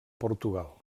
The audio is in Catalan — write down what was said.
portugal